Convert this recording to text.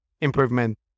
improvement